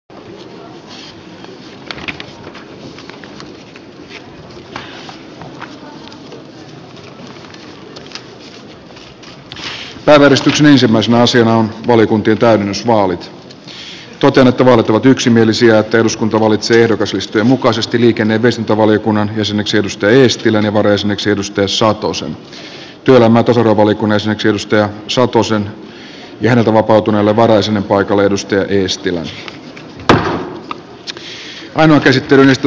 totean että vaalit ovat yksimielisiä ja että eduskunta valitsee ehdokaslistojen mukaisesti liikenne ja viestintävaliokunnan jäseneksi markku eestilän ja varajäseneksi arto satosen sekä työelämä ja tasa arvovaliokunnan jäseneksi arto satosen ja häneltä vapautuneelle varajäsenen paikalle markku eestilän